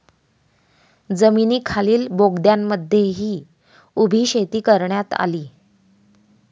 जमिनीखालील बोगद्यांमध्येही उभी शेती करण्यात आली